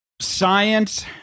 science